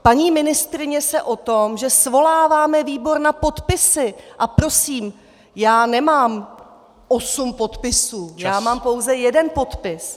Paní ministryně se o tom, že svoláváme výbor na podpisy a prosím, já nemám osm podpisů , já mám pouze jeden podpis.